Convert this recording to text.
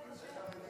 אבל אמרת יפה את השם.